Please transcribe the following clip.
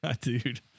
dude